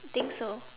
think so